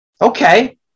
Okay